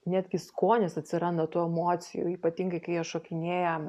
netgi skonis atsiranda tų emocijų ypatingai kai jie šokinėja